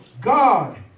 God